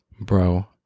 bro